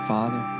Father